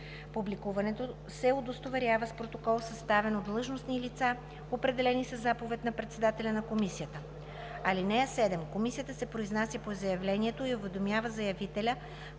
Публикуването се удостоверява с протокол, съставен от длъжностни лица, определени със заповед на председателя на комисията. (7) Комисията се произнася по заявлението и уведомява заявителя